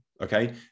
okay